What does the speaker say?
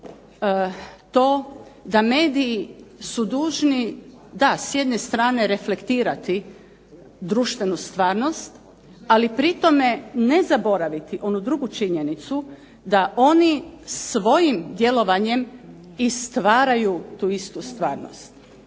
to da mediji su dužni da s jedne strane reflektirati društvenu stvarnosti, ali pri tome ne zaboraviti onu drugu činjenicu, da oni svojim djelovanjem i stvaraju tu istu stvarnost